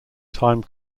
time